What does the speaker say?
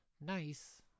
nice